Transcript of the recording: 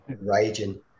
raging